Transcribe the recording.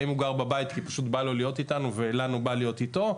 האם הוא גר בבית כי פשוט בא לו להיות איתנו ולנו בא להיות איתו,